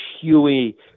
huey